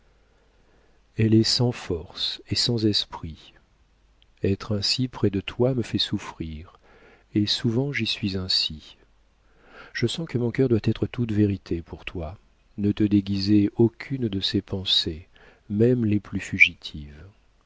elle est sans force et sans esprit être ainsi près de toi me fait souffrir et souvent j'y suis ainsi je sens que mon cœur doit être tout vérité pour toi ne te déguiser aucune de ses pensées même les plus fugitives